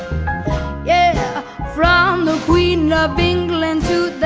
yeah from the queen of england to